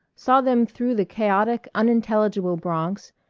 saw them through the chaotic unintelligible bronx,